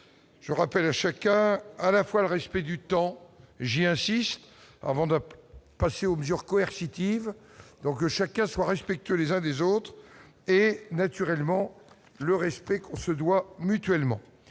je rappelle à chacun, à la fois le respect du temps j'ai insisté avant de passer aux mesures Commercy tive donc que chacun soit respectueux les uns des autres et naturellement le respect qu'on se doit mutuellement